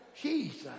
Jesus